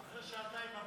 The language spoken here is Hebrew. ואחרי שעתיים,